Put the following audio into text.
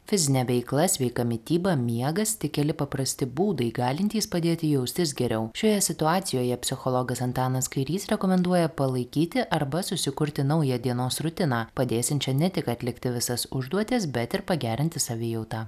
fizinė veikla sveika mityba miegas tik keli paprasti būdai galintys padėti jaustis geriau šioje situacijoje psichologas antanas kairys rekomenduoja palaikyti arba susikurti naują dienos rutiną padėsiančią ne tik atlikti visas užduotis bet ir pagerinti savijautą